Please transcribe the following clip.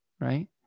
right